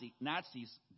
Nazis